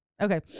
Okay